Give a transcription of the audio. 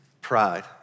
pride